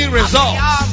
results